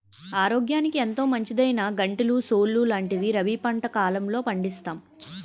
ఆరోగ్యానికి ఎంతో మంచిదైనా గంటెలు, సోలు లాంటివి రబీ పంటల కాలంలో పండిస్తాం